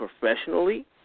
professionally